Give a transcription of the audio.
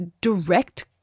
direct